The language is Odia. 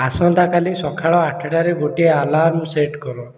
ଆସନ୍ତାକାଲି ସକାଳ ଆଠଟାରେ ଗୋଟିଏ ଆଲାର୍ମ ସେଟ୍ କର